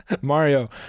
mario